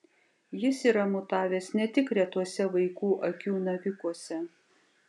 jis yra mutavęs ne tik retuose vaikų akių navikuose